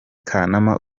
kanama